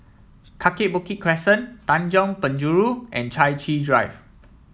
Kaki Bukit Crescent Tanjong Penjuru and Chai Chee Drive